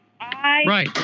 Right